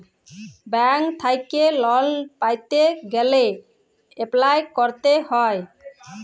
bank থ্যাইকে লল পাইতে গ্যালে এপ্লায় ক্যরতে হ্যয়